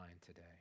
today